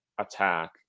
attack